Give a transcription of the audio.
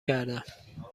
کردم